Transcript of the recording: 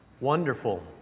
wonderful